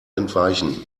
entweichen